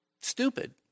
stupid